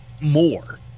more